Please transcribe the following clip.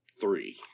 three